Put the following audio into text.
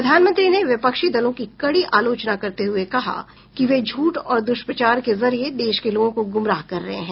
प्रधानमंत्री ने विपक्षी दलों की कड़ी आलोचना करते हुए कहा कि वे झूठ और दुष्प्रचार के जरिए देश के लोगों को गुमराह कर रहे हैं